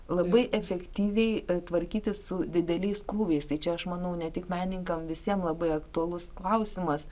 labai efektyviai tvarkytis su dideliais krūviais tai čia aš manau ne tik menininkam visiem labai aktualus klausimas